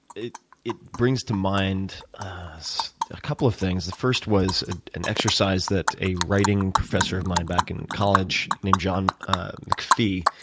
it it brings to mind a couple of things. the first was ah an exercise that a writing professor of mine back in college, named john mcphee,